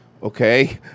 Okay